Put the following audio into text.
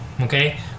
okay